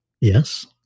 Yes